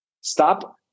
Stop